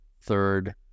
third